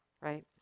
right